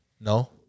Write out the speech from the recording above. No